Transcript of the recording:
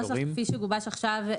הנוסח כפי שגובש עכשיו,